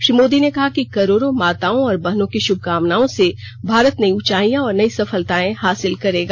श्री मोदी ने कहा कि करोड़ों माताओं और बहनों की श्भकामनाओं से भारत नई ऊंचाइयां और नई सफलताएं हासिल करेगा